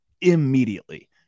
immediately